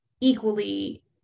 equally